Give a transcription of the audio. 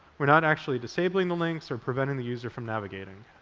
we're not actually disabling the links or preventing the user from navigating